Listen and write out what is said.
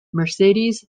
mercedes